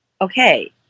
okay